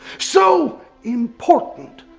so important.